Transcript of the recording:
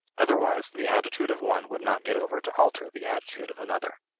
otherwise, the attitude of one would not get over to alter the attitude of another.